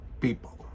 people